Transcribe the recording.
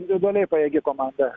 individualiai pajėgi komanda